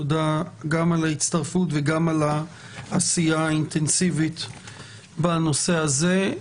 תודה על ההצטרפות והעשייה האינטנסיבית בנושא הזה.